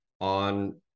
on